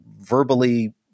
verbally